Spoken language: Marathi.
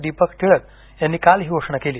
दीपक टिळक यांनी काल ही घोषणा केली